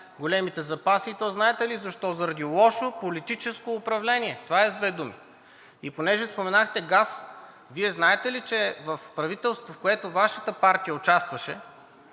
най-големите запаси? Знаете ли защо? Заради лошо политическо управление. Това е с две думи. Понеже споменахте газ, Вие знаете ли, че в правителство, в което Вашата партия участваше